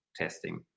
testing